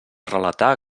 relatar